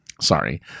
Sorry